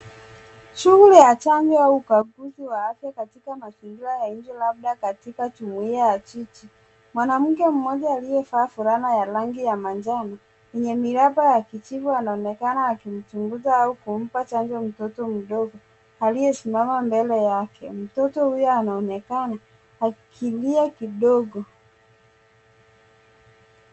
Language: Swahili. Shughuli ya chanjo au ukaguzi wa afya katika mazingira ya nje labda katika jumuia ya jiji mwanamke mmoja aliyavaa fulana ya rangi ya manjano yenye miraba ya kijivu anaonekana akimchunguza au kumpa chanjo mtoto mdogo aliyesimama mbele yake. Mtoto huyo anaonekana akilia kidogo.